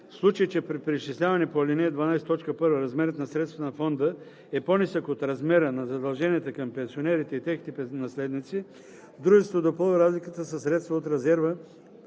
случай че при изчисляването по ал. 12, т. 1 размерът на средствата на фонда е по-нисък от размера на задълженията към пенсионерите и техните наследници, дружеството допълва разликата със средства от резерва